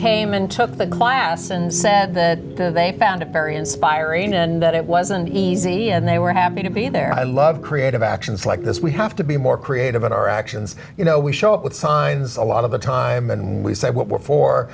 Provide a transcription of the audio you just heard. came and took the class and said that they found it very inspiring and that it wasn't easy and they were happy to be there i love creative actions like this we have to be more creative in our actions you know we show up with signs a lot of the time and we say what w